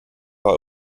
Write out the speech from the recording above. war